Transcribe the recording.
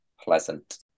pleasant